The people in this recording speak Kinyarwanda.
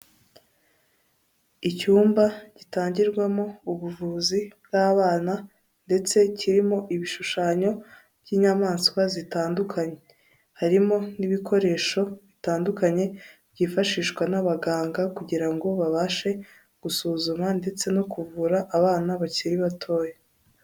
Icyumba gitangirwamo ubuvuzi bw'abana ndetse kirimo ibishushanyo by'inyamaswa zitandukanye, harimo n'ibikoresho bitandukanye byifashishwa n'abaganga kugira ngo babashe gusuzuma ndetse no kuvura abana bakiri batoya.